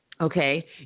Okay